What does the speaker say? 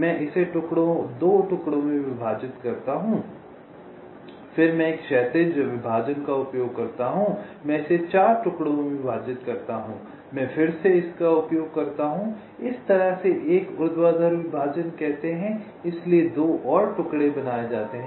मैं इसे 2 टुकड़ों में विभाजित करता हूं फिर मैं एक क्षैतिज विभाजन का उपयोग करता हूं मैं इसे 4 टुकड़ों में विभाजित करता हूं मैं फिर से इसका उपयोग करता हूं इस तरह से इसे एक ऊर्ध्वाधर विभाजन कहते हैं इसलिए 2 और टुकड़े बनाए जाते हैं